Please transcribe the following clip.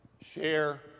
Share